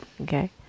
okay